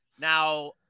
Now